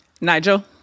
Nigel